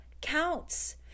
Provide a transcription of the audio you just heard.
counts